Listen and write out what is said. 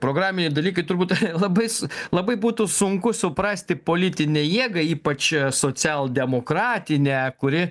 programiniai dalykai turbūt labai su labai būtų sunku suprasti politinę jėgą ypač socialdemokratinę kuri